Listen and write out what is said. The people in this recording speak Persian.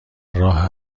راه